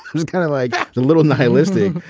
who's kind of like the little nihilistic?